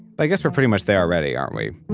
but i guess we're pretty much there already aren't we?